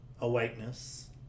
awakeness